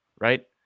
right